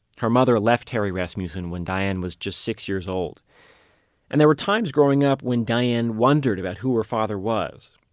her mother left terry rasmussen when diane was just six years old and there were times growing up when diane wondered about who her father was.